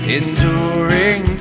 enduring